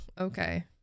okay